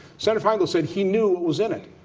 senator feingold said he knew what was in it.